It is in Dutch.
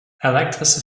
elektrische